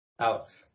Alex